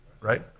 right